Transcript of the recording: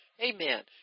Amen